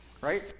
Right